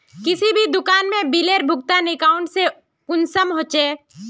किसी भी दुकान में बिलेर भुगतान अकाउंट से कुंसम होचे?